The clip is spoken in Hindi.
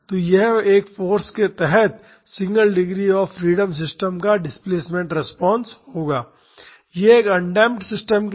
तो यह इस फाॅर्स के तहत single degree of freedom system का डिस्प्लेसमेंट रिस्पांस होगा यह एक अनडेम्प्ड सिस्टम के लिए है